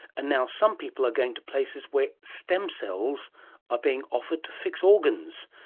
and now some people are going to places where stem cells are being offered to fix organs.